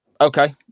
okay